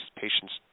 patients